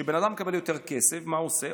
כשבן אדם מקבל יותר כסף, מה הוא עושה?